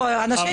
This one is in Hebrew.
בוא, אנשי מקצוע.